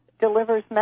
delivers